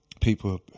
people